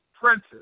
Princes